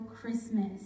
Christmas